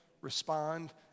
respond